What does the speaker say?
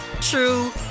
true